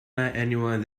anyone